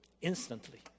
instantly